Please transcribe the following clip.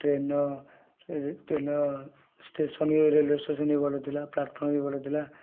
ଟ୍ରେନ୍ର ଟ୍ରେନ୍ର ଷ୍ଟେସନ୍ରେ ରେଲୱେ ଷ୍ଟେସନ୍ ବି ଭଲଥିଲା ପ୍ଲାଟଫର୍ମ୍ ବି ଭଲଥିଲା